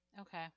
Okay